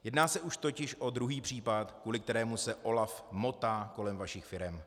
Jedná se už totiž o druhý případ, kvůli kterému se OLAF motá kolem vašich firem.